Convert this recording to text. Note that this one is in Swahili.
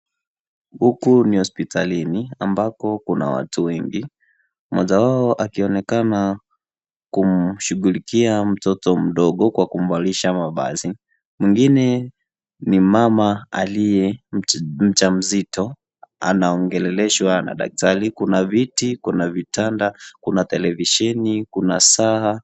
Huku ni hospitalini ambako kuna watu wengi mmoja wao akionekana kumshughukikia mtoto mdogo kwa kumvalisha mavazi mwingine ni mama aliye mjamzito anaongeleshwa na daktari kuna viti kuna vitanda kuna televisheni kuna saa .